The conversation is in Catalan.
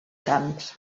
camps